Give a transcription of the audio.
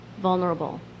vulnerable